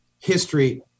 history